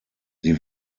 sie